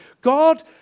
God